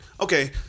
Okay